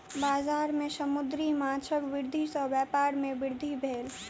बजार में समुद्री माँछक वृद्धि सॅ व्यापार में वृद्धि भेल